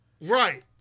Right